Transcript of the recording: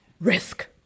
risk